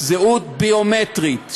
זהות ביומטרית,